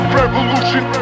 revolution